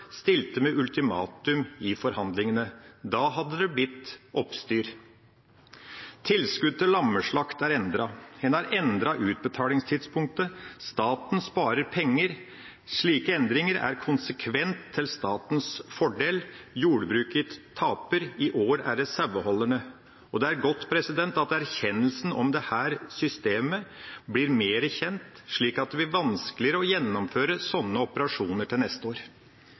stilte ultimatum i forhandlingene. Da hadde det blitt oppstyr. Tilskudd til lammeslakt er endret. En har endret utbetalingstidspunktet. Staten sparer penger. Slike endringer er konsekvent til statens fordel. Jordbruket taper – i år er det saueholderne. Det er godt at erkjennelsen om dette systemet blir mer kjent, slik at det blir vanskeligere å gjennomføre sånne operasjoner neste år.